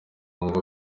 ngo